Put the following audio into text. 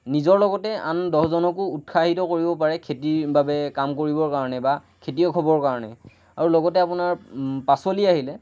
নিজৰ লগতে আন দহজনকো উৎসাহিত কৰিব পাৰে খেতিৰ বাবে কাম কৰিবৰ কাৰণে বা খেতিয়ক হ'বৰ কাৰণে আৰু লগতে আপোনাৰ পাচলি আহিলে